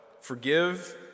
Forgive